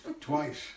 Twice